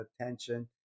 attention